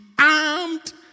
armed